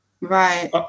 Right